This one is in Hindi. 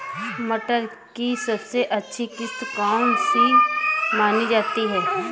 मटर की सबसे अच्छी किश्त कौन सी मानी जाती है?